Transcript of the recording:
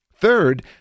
Third